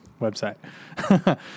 website